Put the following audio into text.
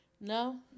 No